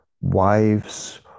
wives